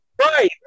Right